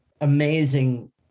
amazing